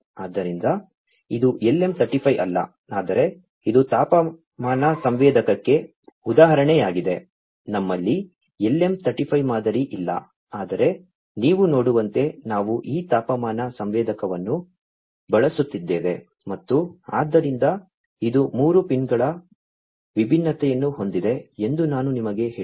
ಆದ್ದರಿಂದ ಇದು LM 35 ಅಲ್ಲ ಆದರೆ ಇದು ತಾಪಮಾನ ಸಂವೇದಕಕ್ಕೆ ಉದಾಹರಣೆಯಾಗಿದೆ ನಮ್ಮಲ್ಲಿ LM 35 ಮಾದರಿ ಇಲ್ಲ ಆದರೆ ನೀವು ನೋಡುವಂತೆ ನಾವು ಈ ತಾಪಮಾನ ಸಂವೇದಕವನ್ನು ಬಳಸುತ್ತಿದ್ದೇವೆ ಮತ್ತು ಆದ್ದರಿಂದ ಇದು ಮೂರು ಪಿನ್ಗಳ ವಿಭಿನ್ನತೆಯನ್ನು ಹೊಂದಿದೆ ಎಂದು ನಾನು ನಿಮಗೆ ಹೇಳಿದೆ